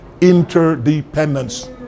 interdependence